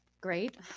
Great